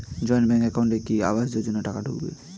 Joint bank একাউন্টে কি আবাস যোজনা টাকা ঢুকবে?